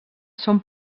són